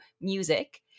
music